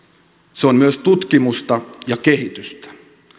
se on myös tutkimusta ja kehitystä